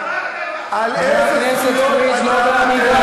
אני גם רוצה לומר לך שהחוק